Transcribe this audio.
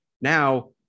Now